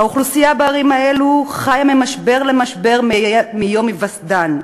האוכלוסייה בערים אלה חיה ממשבר למשבר מיום היווסדן,